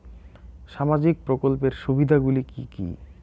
সামাজিক প্রকল্পের সুবিধাগুলি কি কি?